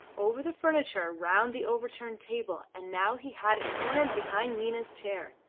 over the furniture, round the overturned table, and now he had it cornered behind nina's chair.